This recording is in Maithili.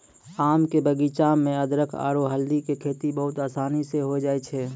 आम के बगीचा मॅ अदरख आरो हल्दी के खेती बहुत आसानी स होय जाय छै